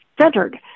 centered